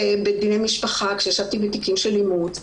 בדיוני משפח כשישבתי בתיקים של אימוץ,